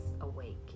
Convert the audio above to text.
awake